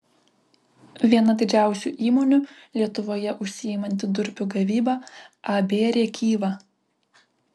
viena didžiausių įmonių lietuvoje užsiimanti durpių gavyba ab rėkyva